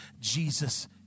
Jesus